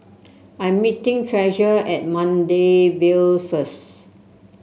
I'm meeting Treasure at Maida Vale first